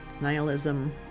nihilism